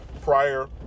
prior